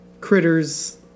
critters